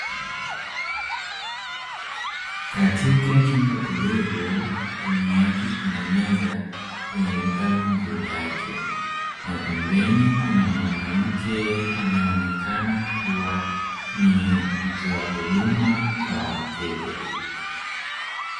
Katika chumba tulivu ndani yake kuna meza zenye vitabu juu yake na pembeni kuna mwanamke anayeonekana kuwa ni mtoa huduma kwa wateja.